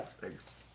Thanks